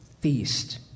feast